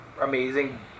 amazing